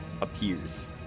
appears